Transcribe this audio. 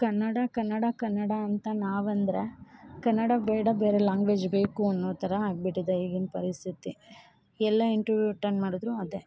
ಕನ್ನಡ ಕನ್ನಡ ಕನ್ನಡ ಅಂತ ನಾವಂದ್ರೆ ಕನ್ನಡ ಬೇಡ ಬೇರೆ ಲ್ಯಾಂಗ್ವೇಜ್ ಬೇಕು ಅನ್ನೋ ಥರ ಆಗಿಬಿಟ್ಟಿದೆ ಈಗಿನ ಪರಿಸ್ಥಿತಿ ಎಲ್ಲ ಇಂಟ್ರ್ವ್ಯೂವ್ ಅಟೆಂಡ್ ಮಾಡಿದ್ರು ಅದೆ